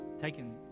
taken